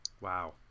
Wow